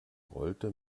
rollte